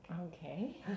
Okay